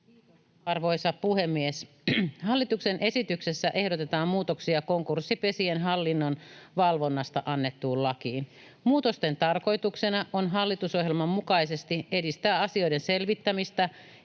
Arvoisa puhemies! Hallituksen esityksessä ehdotetaan muutoksia konkurssipesien hallinnon valvonnasta annettuun lakiin. Muutosten tarkoituksena on hallitusohjelman mukaisesti edistää asioiden selvittämistä